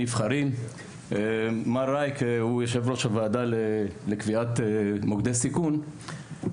מר הייק הוא יו"ר הוועדה לקביעת מוקדי סיכון,